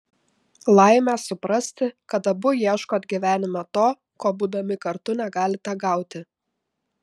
laimė suprasti kad abu ieškot gyvenime to ko būdami kartu negalite gauti